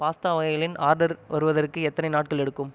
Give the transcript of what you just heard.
pasta வகைகளின் order வருவதற்கு எத்தனை நாட்கள் எடுக்கும்